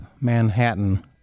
Manhattan